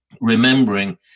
remembering